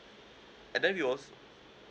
and then we'll als~